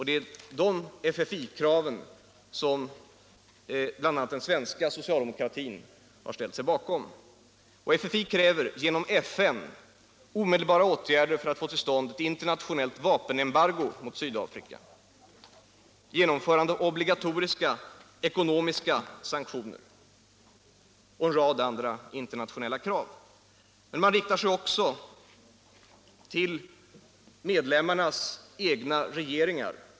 Det är de FFI-kraven som bl.a. den svenska socialdemokratin har ställt sig bakom. FFI kräver genom FN omedelbara åtgärder för att få till stånd ett internationellt vapenembargo mot Sydafrika, ett genomförande av obligatoriska ekonomiska sanktioner och en rad andra internationella åtgärder. Men man riktar sig också till medlemmarnas egna regeringar.